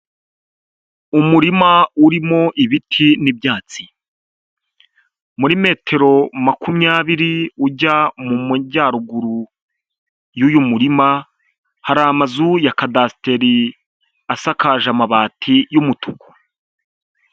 Umurima urimo ibiti n'ibyatsi, muri metero makumyabiri ujya mu majyaruguru y'uyu muririma hari amazu ya kadasiteri asakaje amabati y'umutuku.